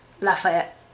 Lafayette